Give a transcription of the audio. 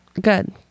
Good